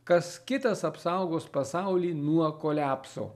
kas kitas apsaugos pasaulį nuo kolepso